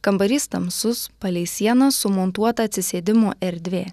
kambarys tamsus palei sieną sumontuota atsisėdimų erdvė